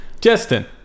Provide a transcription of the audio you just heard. Justin